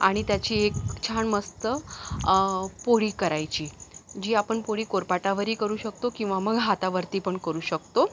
आणि त्याची एक छान मस्त पोळी करायची जी आपण पोळी कोरपाटावरही करू शकतो किंवा मग हातावरती पण करू शकतो